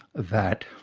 that,